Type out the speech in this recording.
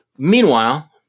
Meanwhile